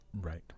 Right